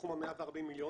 סכום של 140 מיליון,